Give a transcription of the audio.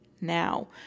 now